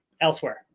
elsewhere